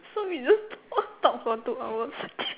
so we just talk for two hours